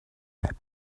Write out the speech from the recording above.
that